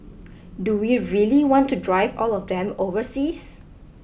do we really want to drive all of them overseas